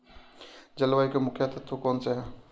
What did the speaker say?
जलवायु के मुख्य तत्व कौनसे हैं?